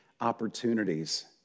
opportunities